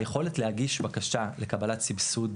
היכולת להגיש בקשה לקבלת סבסוד,